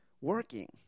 working